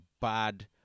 bad